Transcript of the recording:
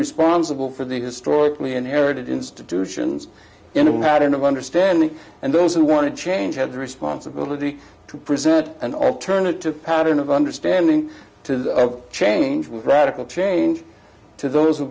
responsible for the historically inherited institutions in a pattern of understanding and those who want to change had the responsibility to present an alternative pattern of understanding to change with radical change to those who